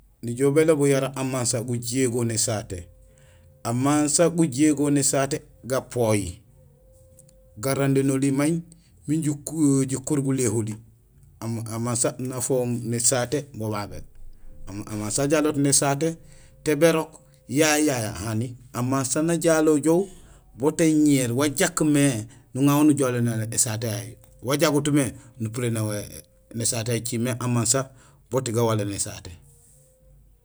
Nijool bélobul yara amansa gujégol nésaté; amansa gujégol nésaté gapooy, garandéén oli may min jikuur guléholi, amansa nafahol nésaté bo babé; amansa ajaloot nésaté té bérok yayé yayé hani, amansa najalojoow boot éñéér wa jakmé nuŋawo nujawulénal ésaté yayu, wa jagut mé nupurénal wo nésaté yayu. Ēcimé amansa boot gawalo nésaté.